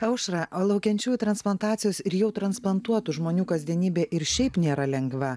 aušra o laukiančiųjų transplantacijos ir jau transplantuotų žmonių kasdienybė ir šiaip nėra lengva